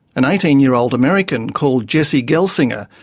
an eighteen year old american called jessie gelsinger,